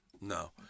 No